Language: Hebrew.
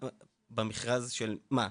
במרכז של מה?